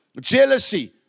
jealousy